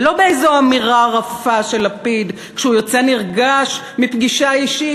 ולא באיזו אמירה רפה של לפיד כשהוא יוצא נרגש מפגישה אישית,